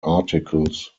articles